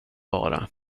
bara